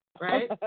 Right